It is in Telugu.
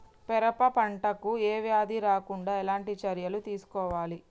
పెరప పంట కు ఏ వ్యాధి రాకుండా ఎలాంటి చర్యలు తీసుకోవాలి?